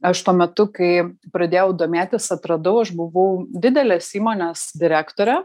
aš tuo metu kai pradėjau domėtis atradau aš buvau didelės įmonės direktorė